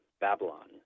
Babylon